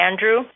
Andrew